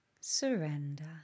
surrender